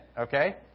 Okay